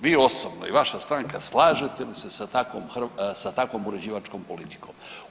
Vi osobno i vaša stranka slažete li se sa takvom uređivačkom politikom?